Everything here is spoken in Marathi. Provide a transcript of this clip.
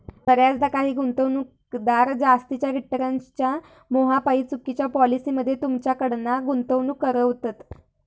बऱ्याचदा काही गुंतवणूकदार जास्तीच्या रिटर्न्सच्या मोहापायी चुकिच्या पॉलिसी मध्ये तुमच्याकडना गुंतवणूक करवतत